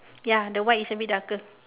ya the white is a bit darker